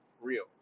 real